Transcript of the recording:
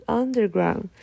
underground